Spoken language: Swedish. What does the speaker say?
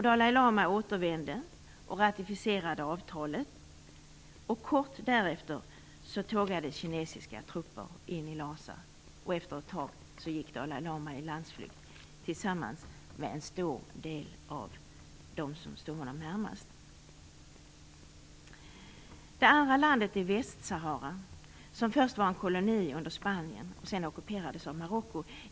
Dalai lama återvände och ratificerade avtalet. Kort därefter tågade kinesiska trupper in i Lhasa. Efter ett tag gick Dalai lama i landsflykt tillsammans med en stor del av dem som stod honom närmast. Det andra landet är alltså Västsahara, som först var en koloni under Spanien och som sedan ockuperades av Marocko.